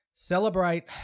celebrate